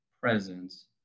presence